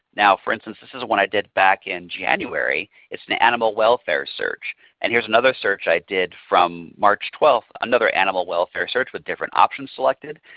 now for instance this is one i did back in january. it's an animal welfare search and here's another search i did from march twelve, another animal welfare search with different options selected,